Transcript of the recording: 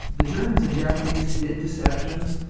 the germans and japanese did deceptions,